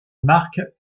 marque